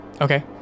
Okay